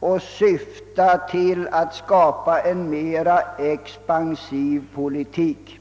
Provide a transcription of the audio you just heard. och syfta till att skapa en mer expansiv politik.